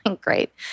Great